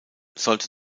sollte